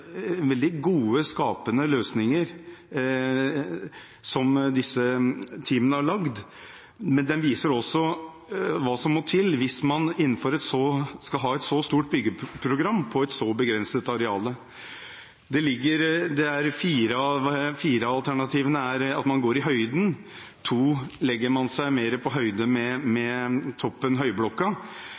veldig gode, skapende løsninger disse teamene har laget, men den viser også hva som må til hvis man skal ha et så stort byggeprogram på et så begrenset areal. Ved fire av alternativene går man i høyden, ved to legger man seg mer på høyde med toppen av Høyblokka, men alle de seks forslagene har gode elementer som vi bør ta med